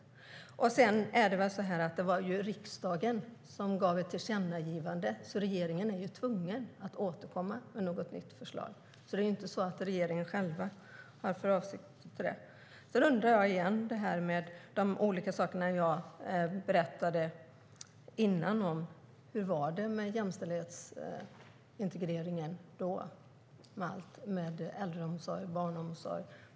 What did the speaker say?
Här var det ett tillkännagivande från riksdagen, så regeringen är tvungen att återkomma med ett nytt förslag. Det är inte så att regeringen själv hade för avsikt att göra det. Sedan undrar jag igen om de olika saker som jag berättade om innan. Hur var det med jämställdhetsintegreringen då, med allt, med äldreomsorg och barnomsorg?